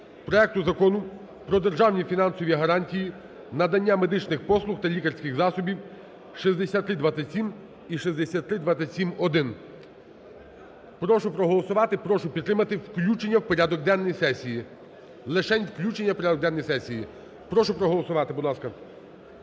проекту Закону про державні фінансові гарантії надання медичних послуг та лікарських засобів (6327 і 6327-1). Прошу проголосувати, прошу підтримати включення в порядок денний сесії, лишень включення в порядок денний сесії. Прошу проголосувати, будь ласка.